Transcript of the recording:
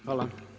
Hvala.